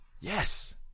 Yes